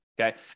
Okay